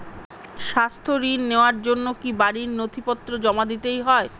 স্বাস্থ্য ঋণ নেওয়ার জন্য কি বাড়ীর নথিপত্র জমা দিতেই হয়?